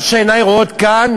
מה שעיני רואות כאן,